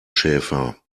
schäfer